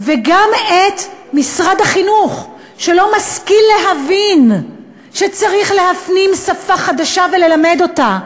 וגם משרד החינוך לא משכיל להבין שצריך להפנים שפה חדשה וללמד אותה.